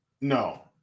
No